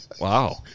Wow